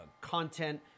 content